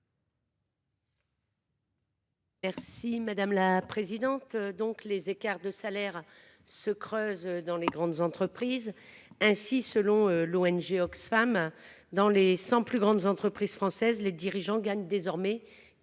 Mme Cathy Apourceau Poly. Les écarts de salaires se creusent dans les grandes entreprises. Ainsi, selon l’ONG Oxfam, dans les cent plus grandes entreprises françaises, les dirigeants gagnent désormais 97